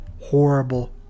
horrible